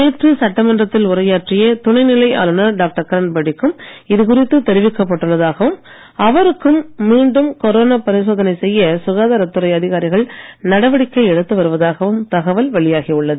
நேற்று சட்டமன்றத்தில் உரையாற்றிய துணைநிலை ஆளுநர் டாக்டர் கிரண்பேடிக்கும் இது குறித்து தெரிவிக்கப் பட்டுள்ளதாகவும் அவருக்கும் மீண்டும் கொரோனா பரிசோதனை செய்ய சுகாதாரத் துறை அதிகாரிகள் நடவடிக்கை எடுத்து வருவதாகவும் தகவல் வெளியாகி உள்ளது